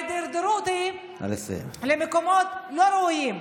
ההידרדרות היא למקומות לא ראויים.